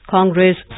Congress